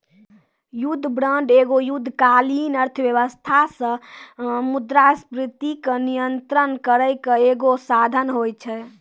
युद्ध बांड एगो युद्धकालीन अर्थव्यवस्था से मुद्रास्फीति के नियंत्रण करै के एगो साधन होय छै